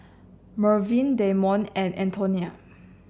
Mervyn Damion and Antonia